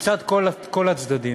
מכל הצדדים.